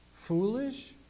foolish